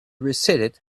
recited